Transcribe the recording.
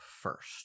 first